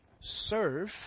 serve